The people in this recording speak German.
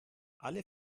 alle